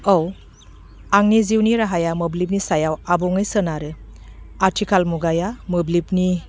औ आंनि जिउनि राहाया मोब्लिबनि सायाव आबुङै सोनारो आथिखाल मुगाया मोब्लिबनि